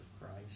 Christ